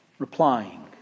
replying